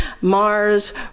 Mars